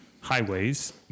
Highways